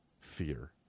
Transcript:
Fear